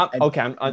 Okay